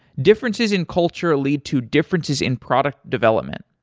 differences in culture lead to differences in product development.